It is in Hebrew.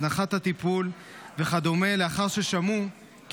הזנחת הטיפול וכדומה לאחר ששמעו כי